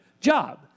job